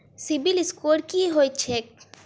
CIBIL score की होइत छैक?